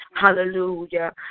Hallelujah